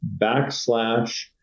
backslash